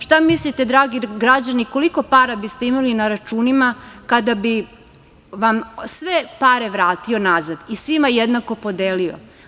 Šta mislite, dragi građani, koliko para biste imali na računima kada bi vam sve pare vratio nazad i svima jednako podelio?